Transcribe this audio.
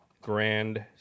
Grand